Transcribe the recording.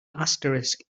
asterisk